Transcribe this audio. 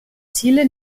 ziele